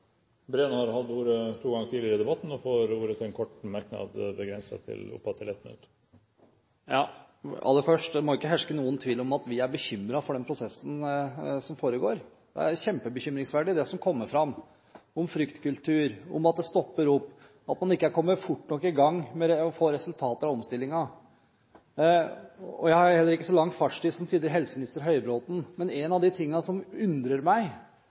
Breen har hatt ordet to ganger tidligere og får ordet til en kort merknad, begrenset til 1 minutt. Aller først: Det må ikke herske noen tvil om at vi er bekymret for den prosessen som foregår. Det er veldig bekymringsfullt det som kommer fram om fryktkultur, om at det stopper opp, og at man ikke har kommet fort nok i gang med å få resultater av omstillingen. Jeg har ikke så lang fartstid som tidligere helseminister Høybråten, men én av de tingene som undrer meg,